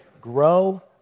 grow